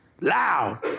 Loud